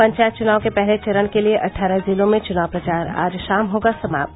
पंचायत चुनाव के पहले चरण के लिये अट्ठारह जिलों में चुनाव प्रचार आज शाम होगा समाप्त